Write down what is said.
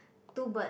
two bird